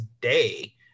day